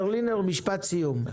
ברלינר, משפט סיום.